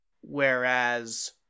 Whereas